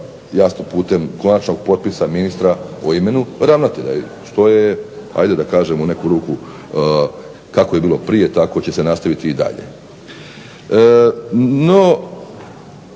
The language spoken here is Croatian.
jasno putem konačnog potpisa ministra o ravnatelju, što je ajde da kažem u neku ruku kako je bilo prije tako će se i nastaviti dalje. No,